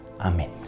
Amen